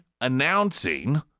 announcing